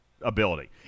ability